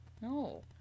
No